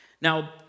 Now